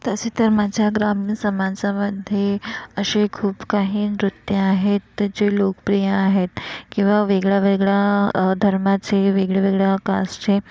तसे तर माझ्या ग्रामीण समाजामध्ये असे खूप काही नृत्य आहेत ते जे लोकप्रिय आहेत किंवा वेगळा वेगळा धर्माचे वेगळ्या वेगळ्या कास्टचे